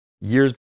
years